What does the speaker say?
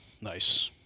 nice